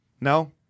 No